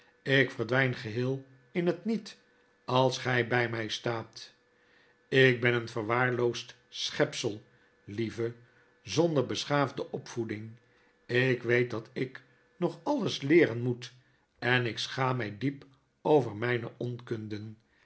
ik verdwyn geheel in het niet als gy bij my staat ik ben een verwaarloosd schepsel lieve zonder beschaafde opvoeding ik weet dat ik nog alles leeren moet en ik schaam my diep over mijne onkunde